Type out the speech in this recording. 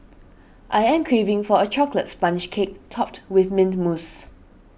I am craving for a Chocolate Sponge Cake Topped with Mint Mousse